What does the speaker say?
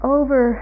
over